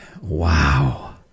Wow